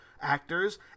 actors